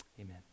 amen